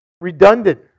redundant